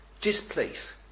displace